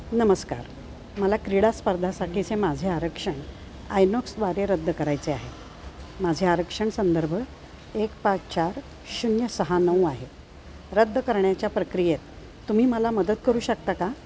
नमस्कार मला क्रीडा स्पर्धेसाठीचे माझे आरक्षण आयनॉक्सद्वारे रद्द करायचे आहे माझे आरक्षण संदर्भ एक पाच चार शून्य सहा नऊ आहे रद्द करण्याच्या प्रक्रियेत तुम्ही मला मदत करू शकता का